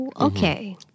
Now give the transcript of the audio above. Okay